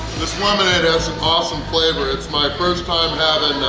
this lemonade has awesome flavor! it's my first time having